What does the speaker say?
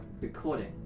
recording